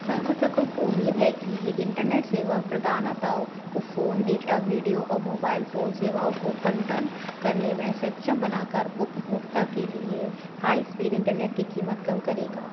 समर्थकों को उम्मीद है कि ये इंटरनेट सेवा प्रदाताओं को फोन डेटा वीडियो और मोबाइल फोन सेवाओं को बंडल करने में सक्षम बनाकर उपभोक्ता के लिए हाई स्पीड इंटरनेट की कीमत कम करेगा